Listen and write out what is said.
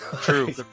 True